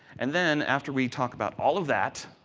and then, after we talk about all of that,